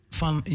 van